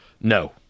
No